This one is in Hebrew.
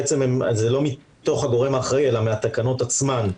בעצם זה לא מתוך הגורם האחראי אלא מן התקנות עצמן,